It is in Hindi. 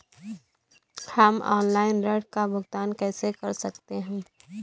हम ऑनलाइन ऋण का भुगतान कैसे कर सकते हैं?